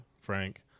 Frank